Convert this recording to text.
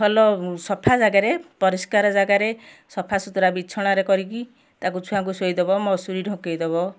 ଭଲ ସଫା ଜାଗାରେ ପରିଷ୍କାର ଜାଗାରେ ସଫାସୁତୁରା ବିଛଣାରେ କରିକି ତାକୁ ଛୁଆଙ୍କୁ ଶୁଆଇଦେବ ମଶୁରୀ ଢଙ୍କାଇ ଦେବ